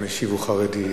המשיב הוא חרדי,